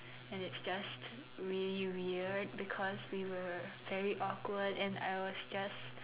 and it's just really weird because we were very awkward and I was just